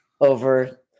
over